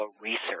research